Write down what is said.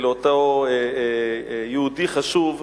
לאותו יהודי חשוב,